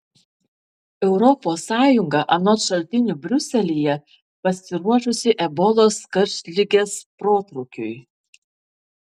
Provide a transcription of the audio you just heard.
europos sąjunga anot šaltinių briuselyje pasiruošusi ebolos karštligės protrūkiui